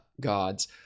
gods